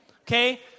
Okay